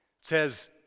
says